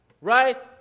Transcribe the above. right